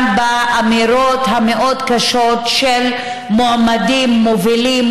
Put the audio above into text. באמירות המאוד-קשות של מועמדים מובילים,